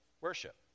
worship